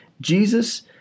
Jesus